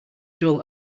dull